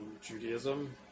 Judaism